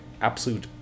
absolute